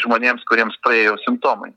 žmonėms kuriems praėjo simptomai